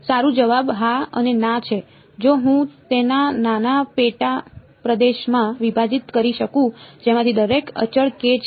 સારુ જવાબ હા અને ના છે જો હું તેને નાના પેટા પ્રદેશોમાં વિભાજિત કરી શકું જેમાંથી દરેક અચળ k છે